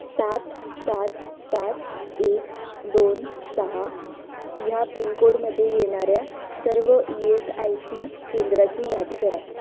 सात सात सात एक दोन सहा ह्या पिनकोडमध्ये येणाऱ्या सर्व ई एस आय सी केंद्राची यादी करा